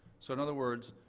so in other words,